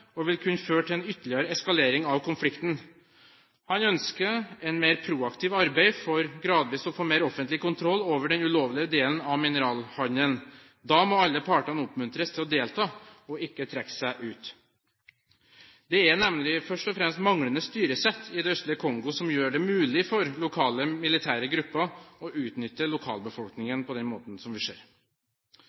og vil kunne føre til en ytterligere eskalering av konflikten. Han ønsker et mer proaktivt arbeid, for gradvis å få mer offentlig kontroll over den ulovlige delen av mineralhandelen. Da må alle partene oppmuntres til å delta og ikke trekke seg ut. Det er nemlig først og fremst manglende styresett i det østlige Kongo som gjør det mulig for lokale militære grupper å utnytte lokalbefolkningen på den måten som vi ser.